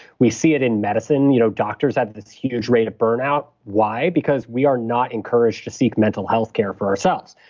we see it in medicine you know doctors have this huge rate of burnout. why? because we are not encouraged to seek mental health care for ourselves.